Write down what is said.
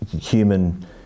human